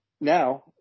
Now